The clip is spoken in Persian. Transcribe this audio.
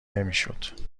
نمیشد